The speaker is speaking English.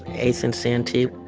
eighth and santee.